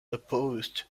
opposed